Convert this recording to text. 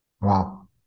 Wow